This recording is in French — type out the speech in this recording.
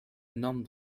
norme